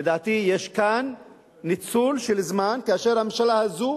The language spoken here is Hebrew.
לדעתי יש כאן ניצול של זמן כאשר הממשלה הזאת